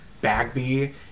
bagby